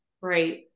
Right